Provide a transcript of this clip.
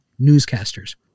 newscasters